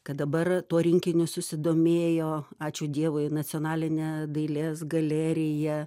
kad dabar tuo rinkiniu susidomėjo ačiū dievui nacionalinė dailės galerija